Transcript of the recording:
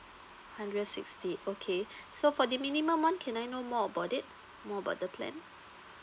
hundred sixty okay so for the minimum one can I know more about it more about the plan